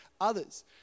others